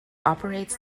operates